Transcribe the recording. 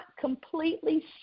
completely